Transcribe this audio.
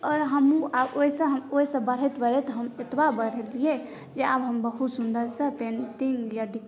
आओर हमहुँ आब ओहिसॅं बढैत बढ़ैत हम एतबा बढलियै जे आब हम बहुत सुंदरसे पेंटिंग यदि